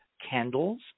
candles